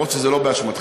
למרות שזה לא באשמתך,